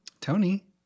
Tony